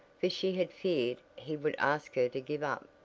for she had feared he would ask her to give up,